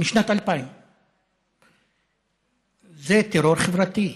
משנת 2000. זה טרור חברתי.